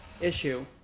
issue